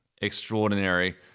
Extraordinary